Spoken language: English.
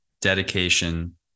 dedication